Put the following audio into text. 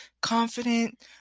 Confident